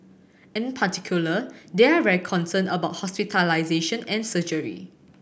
in particular they are very concerned about hospitalisation and surgery